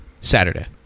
Saturday